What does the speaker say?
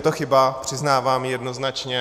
Je to chyba, přiznávám, jednoznačně.